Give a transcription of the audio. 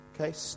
Okay